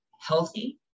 healthy